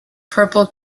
purple